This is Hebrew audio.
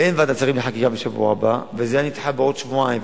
ואין ועדת שרים לחקיקה בשבוע הבא ולכן זה יידחה בשבועיים,